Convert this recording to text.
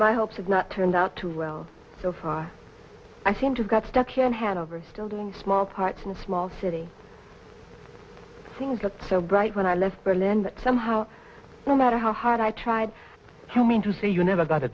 my hopes of not turned out too well so far i seem to get stuck in hanover still doing small parts in a small city things got so bright when i left berlin that somehow no matter how hard i tried how mean to say you never got a